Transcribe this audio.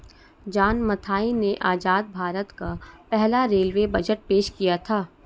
John Mathai ने आजाद भारत का पहला रेलवे बजट पेश किया था